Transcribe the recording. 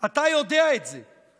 יודע את זה.